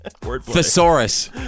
Thesaurus